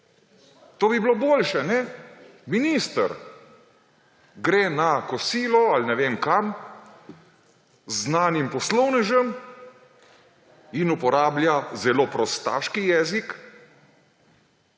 To bi bilo boljše. Minister gre na kosilo ali ne vem kam z znanim poslovnežem in uporablja zelo prostaški jezik,